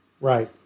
Right